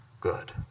good